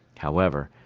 however,